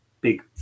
big